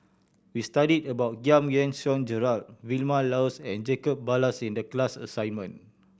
we studied about Giam Yean Song Gerald Vilma Laus and Jacob Ballas in the class assignment